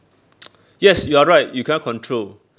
yes you are right you cannot control